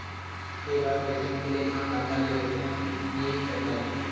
के बार पईसा निकले मा खाता ले पईसा नई काटे?